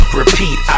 repeat